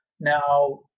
Now